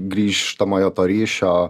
grįžtamojo ryšio